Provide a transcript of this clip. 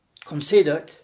considered